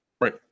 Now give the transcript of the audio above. Right